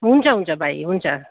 हुन्छ हुन्छ भाइ हुन्छ